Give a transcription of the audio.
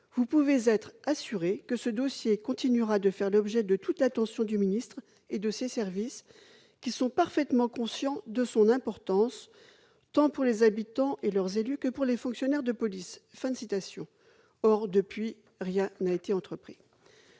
vous pouvez être assurée que ce dossier continuera de faire l'objet de toute l'attention du ministre et de ses services, qui sont parfaitement conscients de son importance, tant pour les habitants et leurs élus que pour les fonctionnaires de police. » Or, depuis, rien n'a été entrepris